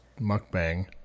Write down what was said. mukbang